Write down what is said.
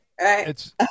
Right